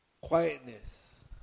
Quietness